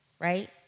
Right